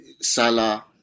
Salah